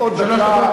שלוש דקות?